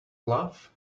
love